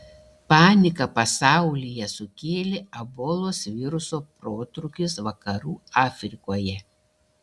paniką pasaulyje sukėlė ebolos viruso protrūkis vakarų afrikoje